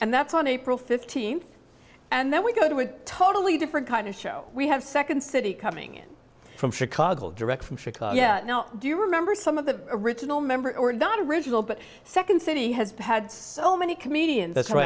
and that's on april fifteenth and then we go to a totally different kind of show we have second city coming in from chicago direct from chicago yeah now do you remember some of the original members were not of original but second city has had so many comedians th